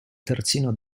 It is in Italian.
terzino